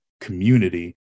community